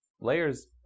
Layers